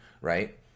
Right